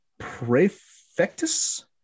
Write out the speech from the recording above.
Prefectus